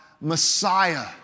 Messiah